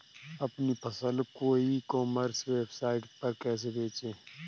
अपनी फसल को ई कॉमर्स वेबसाइट पर कैसे बेचें?